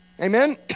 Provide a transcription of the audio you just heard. Amen